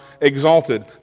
exalted